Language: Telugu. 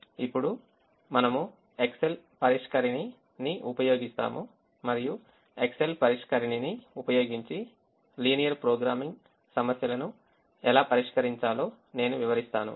ఇప్పుడు మనము ఎక్సెల్ పరిష్కరిణిని ఉపయోగిస్తాము మరియు ఎక్సెల్ పరిష్కరిణిని ఉపయోగించి లీనియర్ ప్రోగ్రామింగ్ సమస్యలను ఎలా పరిష్కరించాలో నేను వివరిస్తాను